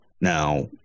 Now